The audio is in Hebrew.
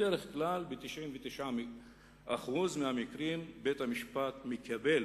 בדרך כלל, ב-99% מהמקרים בית-המשפט מקבל